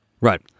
Right